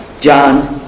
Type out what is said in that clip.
John